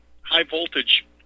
high-voltage